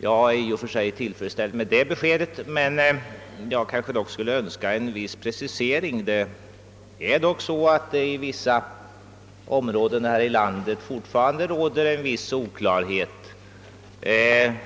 Jag är i och för sig tillfredsställd med det beskedet men skulle önska en viss precisering. I vissa områden här i landet råder det nämligen alltjämt en viss oklarhet i det sammanhanget.